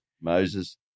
Moses